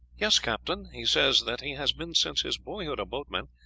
yes, captain he says that he has been since his boyhood a boatman,